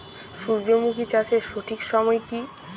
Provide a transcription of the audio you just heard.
সূর্যমুখী চাষের সঠিক সময় কি?